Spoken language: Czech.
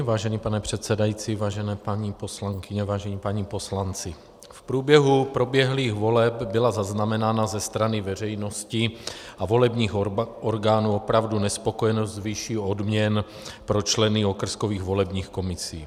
Vážený pane předsedající, vážené paní poslankyně, vážení páni poslanci, v průběhu proběhlých voleb byla zaznamenána ze strany veřejnosti a volebních orgánů opravdu nespokojenost s výší odměn pro členy okrskových volebních komisí.